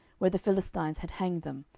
where the philistines had hanged them,